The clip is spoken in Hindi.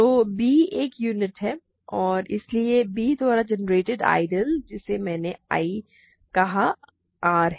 तो b एक यूनिट है और इसलिए b द्वारा जेनेरेट आइडियल जिसे मैंने I कहा R है